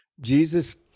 Jesus